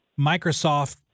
Microsoft